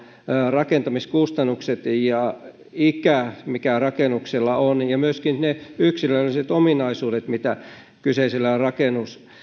rakentamiskustannukset ikä mikä rakennuksella on ja myöskin ne yksilölliset ominaisuudet mitä kyseisellä